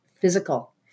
physical